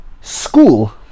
school